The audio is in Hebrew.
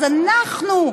אז אנחנו,